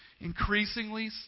increasingly